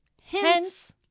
hence